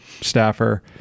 staffer